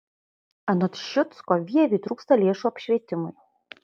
anot ščiucko vieviui trūksta lėšų apšvietimui